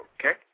Okay